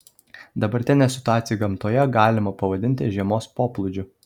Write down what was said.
dabartinę situaciją gamtoje galima pavadinti žiemos poplūdžiu